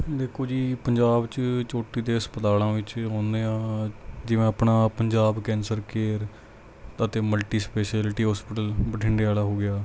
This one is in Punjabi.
ਦੇਖੋ ਜੀ ਪੰਜਾਬ 'ਚ ਚੋਟੀ ਦੇ ਹਸਪਤਾਲਾਂ ਵਿੱਚ ਆਉਂਦੇ ਆ ਜਿਵੇਂ ਆਪਣਾ ਪੰਜਾਬ ਕੈਂਸਰ ਕੇਅਰ ਅਤੇ ਮਲਟੀ ਸਪੈਸ਼ਲਟੀ ਹੋਸਪੀਟਲ ਬਠਿੰਡੇ ਵਾਲਾ ਹੋ ਗਿਆ